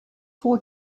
four